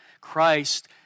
Christ